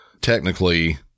technically